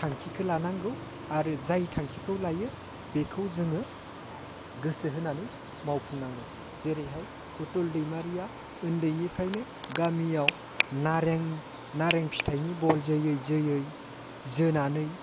थांखिखौ लानांगौ आरो जाय थांखिखौ लायो बिखौ जोङो गोसो होनानै मावफुं नांगौ जेरैहाय उथुल दैमारिया उन्दैनिफ्रायनो गामियाव नारें नारें फिथायनि बल जोयै जोयै जोनानै